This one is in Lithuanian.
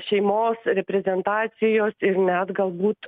šeimos reprezentacijos ir net galbūt